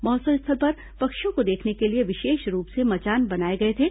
महोत्सव स्थल पर पक्षियों को देखने के लिए विशेष रूप से मचान बनाए गए थे